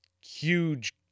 huge